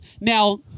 Now